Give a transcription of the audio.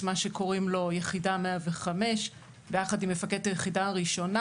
מה שקוראים לו - יחידה 105. ביחד עם מפקד היחידה הראשונה,